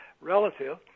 relative